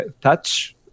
touch